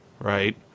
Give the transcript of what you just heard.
right